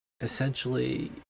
essentially